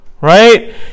Right